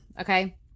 Okay